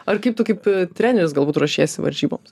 ar kaip tu kaip treneris galbūt ruošiesi varžyboms